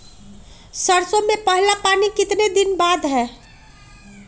सरसों में पहला पानी कितने दिन बाद है?